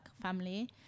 family